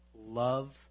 love